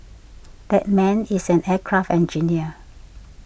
that man is an aircraft engineer